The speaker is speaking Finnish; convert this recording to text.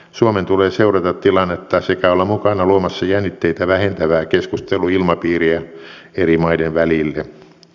suomen tulee seurata tilannetta sekä olla mukana luomassa jännitteitä vähentävää keskusteluilmapiiriä eri maiden välille